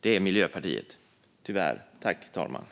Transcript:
Det är tyvärr Miljöpartiet.